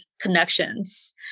connections